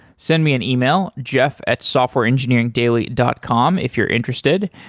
send me an email, jeff at softwareengineeringdaily dot com if you're interested.